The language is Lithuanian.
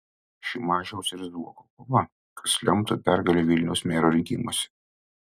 šimašiaus ir zuoko kova kas lemtų pergalę vilniaus mero rinkimuose